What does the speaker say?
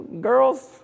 Girls